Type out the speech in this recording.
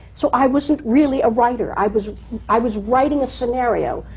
so i wasn't really a writer. i was i was writing a scenario.